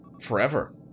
forever